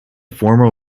former